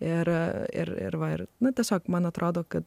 ir ir na tiesiog man atrodo kad